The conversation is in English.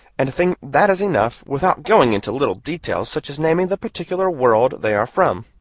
and think that is enough without going into little details such as naming the particular world they are from.